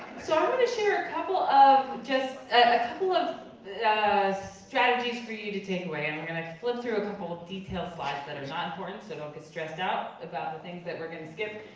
so i'm gonna share a couple of, just a couple of strategies for you to take away, and we're gonna flip through a couple of detailed slides that are not important, so don't get stressed out about the things that we're gonna skip.